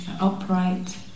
upright